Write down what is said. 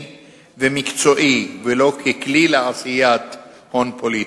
ומקצועי ולא ככלי לעשיית הון פוליטי.